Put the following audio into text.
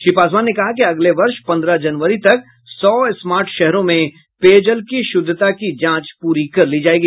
श्री पासवान ने कहा कि अगले वर्ष पन्द्रह जनवरी तक सौ स्मार्ट शहरों में पेयजल की शुद्धता की जांच पूरी कर ली जायेगी